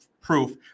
proof